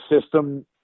system